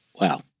Wow